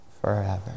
forever